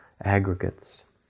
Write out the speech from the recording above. aggregates